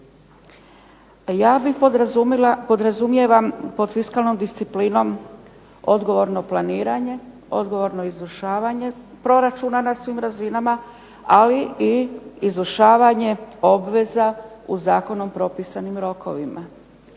Ja podrazumijevam pod fiskalnom disciplinom odgovorno planiranje, odgovorno izvršavanje proračuna na svim razinama, ali i izvršavanje obveza u zakonskom propisanim rokovima.